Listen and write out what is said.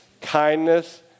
kindness